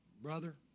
Brother